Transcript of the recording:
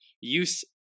use